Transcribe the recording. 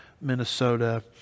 Minnesota